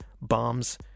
bombs